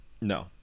no